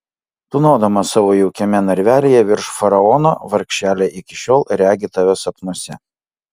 tūnodama savo jaukiame narvelyje virš faraono vargšelė iki šiol regi tave sapnuose